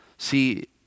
See